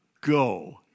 go